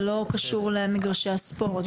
זה לא קשור למגרשי הספורט.